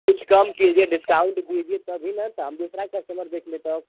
कुछ कम कीजिए डिस्काउंट दीजिए तभी न त हम दूसरा कस्टमर देख लेते हैं तब